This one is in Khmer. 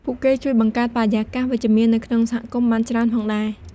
ពួកគេជួយបង្កើតបរិយាកាសវិជ្ជមាន នៅក្នុងសហគមន៍បានច្រើនផងដែរ។